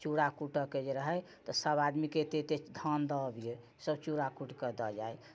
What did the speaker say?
चूड़ा कूटिके जे रहै तऽ सभ आदमीके एते एते धान दऽ अबियै सभ चूड़ा कुटि कऽ दऽ जाइ